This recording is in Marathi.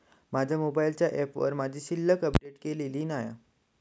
माझ्या मोबाईलच्या ऍपवर माझी शिल्लक अपडेट केलेली नसा